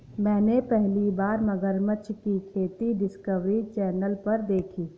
मैंने पहली बार मगरमच्छ की खेती डिस्कवरी चैनल पर देखी